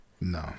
No